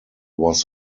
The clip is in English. was